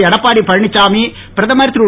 எடப்பாடி பழனிச்சாமி பிரதமர் திரு